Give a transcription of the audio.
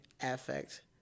affect